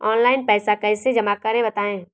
Online पैसा कैसे जमा करें बताएँ?